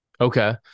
okay